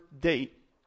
date